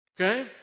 Okay